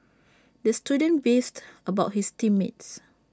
the student beefed about his team mates